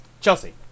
Chelsea